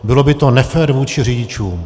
Bylo by to nefér vůči řidičům.